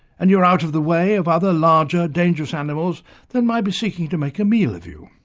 and you're out of the way of other larger dangerous animals that might be seeking to make a meal of you.